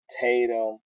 Tatum